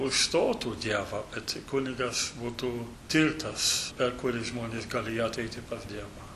užstotų dievą kad kunigas būtų tiltas per kurį žmonės gali ateiti pas dievą